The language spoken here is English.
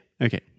okay